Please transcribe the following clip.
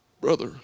Brother